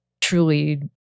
truly